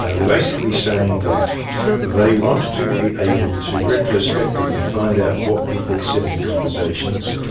ah they're basically saying that they want to be able to retrospectively find out what people said in conversations,